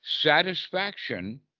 satisfaction